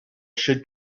should